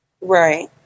Right